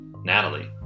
Natalie